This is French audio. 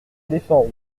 éléphants